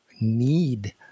need